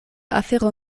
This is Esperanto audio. afero